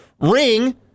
Ring